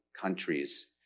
countries